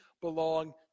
belong